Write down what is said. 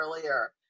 earlier